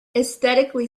aesthetically